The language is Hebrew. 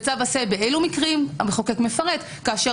וצו עשה באילו מקרים המחוקק מפרט כאשר